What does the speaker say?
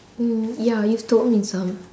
mm ya you've told me some